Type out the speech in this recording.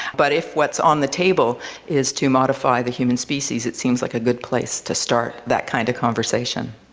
but if what's on the table is to modify the human species, it seems like a good place to start that kind of conversation.